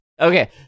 Okay